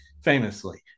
famously